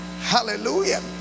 Hallelujah